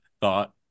thought